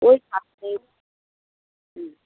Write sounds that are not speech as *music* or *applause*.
*unintelligible*